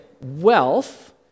wealth